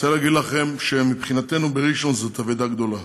אני רוצה להגיד לכם שמבחינתנו בראשון זאת אבדה גדולה.